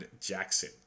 Jackson